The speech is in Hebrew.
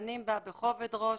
דנים בה בכובד ראש,